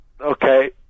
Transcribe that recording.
Okay